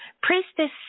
Priestess